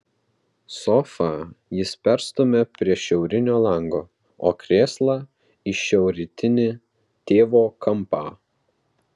sofą jis perstumia prie šiaurinio lango o krėslą į šiaurrytinį tėvo kampą